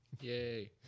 Yay